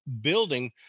building